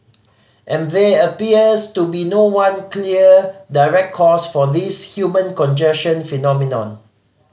and there appears to be no one clear direct cause for this human congestion phenomenon